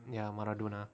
ya maradona